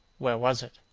where was it?